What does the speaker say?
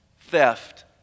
theft